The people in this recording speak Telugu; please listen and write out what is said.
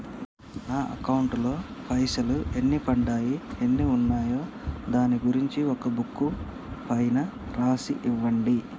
నా అకౌంట్ లో పైసలు ఎన్ని పడ్డాయి ఎన్ని ఉన్నాయో దాని గురించి ఒక బుక్కు పైన రాసి ఇవ్వండి?